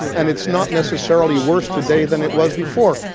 and it's not necessarily worse today than it was before.